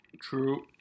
true